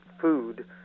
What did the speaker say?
food